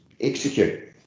execute